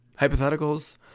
hypotheticals